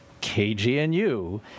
KGNU